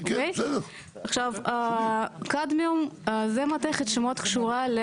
עכשיו קדמיום זו מתכת שמאוד קשורה.